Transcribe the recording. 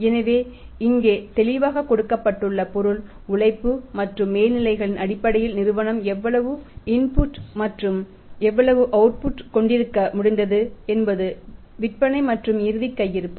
எனவே இங்கே தெளிவாகக் கொடுக்கப்பட்டுள்ள பொருள் உழைப்பு மற்றும் மேல்நிலைகளின் அடிப்படையில் நிறுவனம் எவ்வளவு இன்புட் கொண்டிருக்க முடிந்தது என்பது விற்பனை மற்றும் இறுதிக் கையிருப்பு